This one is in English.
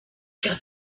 got